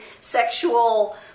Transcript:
sexual